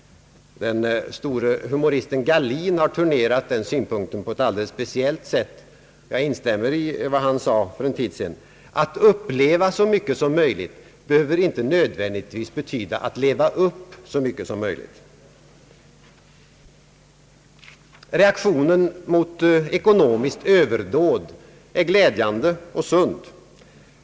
Den store humoristen Gahlin har turnerat denna synpunkt på ett alldeles speciellt sätt. Jag instämmer i vad han sade för en tid sedan: »Att uppleva så mycket som möjligt behöver inte nödvändigtvis betyda att leva upp så mycket som möjligt.» Reaktionen mot ekonomiskt överdåd är glädjande och sund.